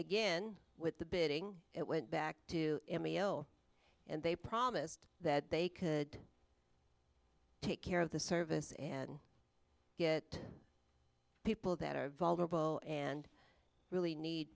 again with the bidding it went back to emil and they promised that they could take care of the service and get people that are vulnerable and really need